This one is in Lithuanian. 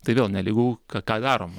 tai vėl nelygu ką ką darom